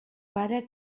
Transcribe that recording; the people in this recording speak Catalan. pare